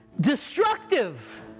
destructive